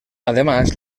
además